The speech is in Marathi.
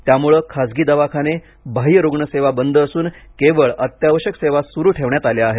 त्यामुळे खाजगी दवाखाने बाह्य रुग्ण सेवा बंद असून केवळ अत्यावश्यक सेवा सुरू ठेवण्यात आल्या आहेत